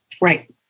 Right